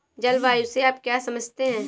जलवायु से आप क्या समझते हैं?